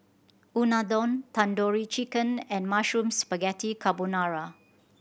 Unadon Tandoori Chicken and Mushroom Spaghetti Carbonara